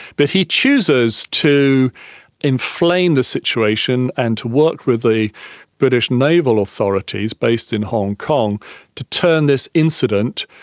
but he chooses to inflame the situation and to work with the british naval authorities based in hong kong to turn this incident,